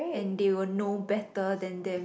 and they will know better than them